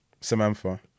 Samantha